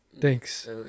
Thanks